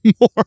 more